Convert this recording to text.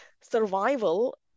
Survival